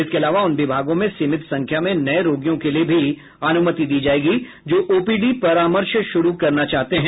इसके अलावा उन विभागों में सीमित संख्या में नए रोगियों के लिए भी अनुमति दी जाएगी जो ओपीडी परामर्श शुरू करना चाहते हैं